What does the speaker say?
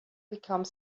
become